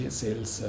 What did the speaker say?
sales